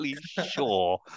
sure